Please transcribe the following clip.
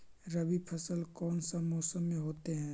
रवि फसल कौन सा मौसम में होते हैं?